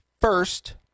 first